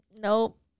Nope